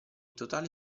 totale